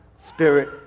Spirit